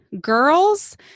girls